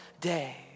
day